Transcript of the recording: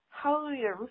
Hallelujah